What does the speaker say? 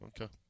Okay